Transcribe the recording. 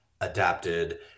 adapted